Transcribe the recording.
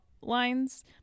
lines